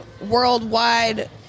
worldwide